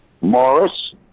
Morris